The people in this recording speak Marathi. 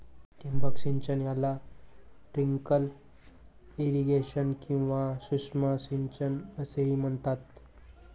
ठिबक सिंचन याला ट्रिकल इरिगेशन किंवा सूक्ष्म सिंचन असेही म्हणतात